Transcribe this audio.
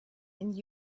and